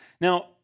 Now